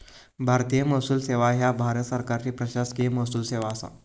भारतीय महसूल सेवा ह्या भारत सरकारची प्रशासकीय महसूल सेवा असा